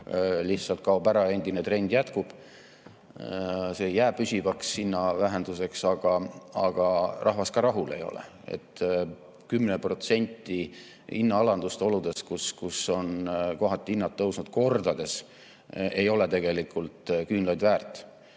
lihtsalt kaob ära. Endine trend jätkub. See ei jää püsivaks hinnavähenduseks. Aga rahvas ka rahul ei ole. 10% hinnaalandust oludes, kus kohati on hinnad tõusnud kordades, ei ole tegelikult küünlaid väärt. See